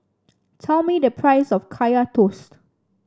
tell me the price of Kaya Toast